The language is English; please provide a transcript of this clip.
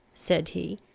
said he,